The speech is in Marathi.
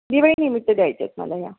दिवाळीनिमित्त द्यायचेत् मला या